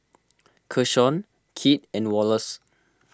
Keshaun Kit and Wallace